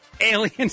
Aliens